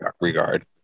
regard